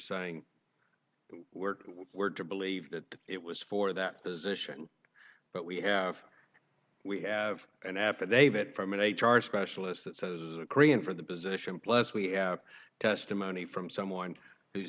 saying were we were to believe that it was for that position but we have we have an affidavit from an h r specialist that says as a korean for the position plus we have testimony from someone who